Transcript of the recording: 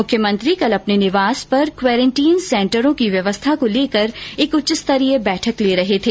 मुख्यमंत्री कल अपने निवास पर क्वारेंटीन सेंटरों की व्यवस्था को लेकर उच्चस्तरीय बैठक ले रहे थे